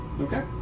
Okay